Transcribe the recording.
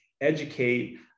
educate